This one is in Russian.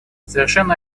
совершенно